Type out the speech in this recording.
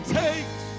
takes